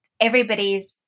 everybody's